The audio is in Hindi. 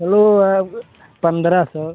हेलो पंद्रह सौ